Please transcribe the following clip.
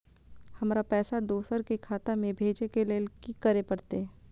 हमरा पैसा दोसर के खाता में भेजे के लेल की करे परते?